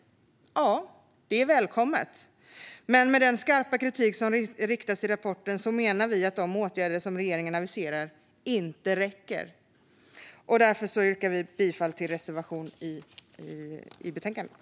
Detta är välkommet, men med den skarpa kritik som riktas i rapporten menar vi att de åtgärder som regeringen aviserar inte räcker. Vi yrkar därför bifall till reservationen i betänkandet.